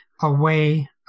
away